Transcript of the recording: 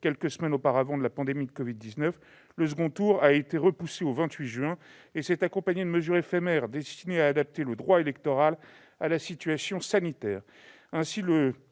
quelques semaines auparavant de la pandémie de covid-19. Le second tour a été reporté au 28 juin et s'est accompagné de mesures éphémères destinées à adapter le droit électoral à la situation sanitaire.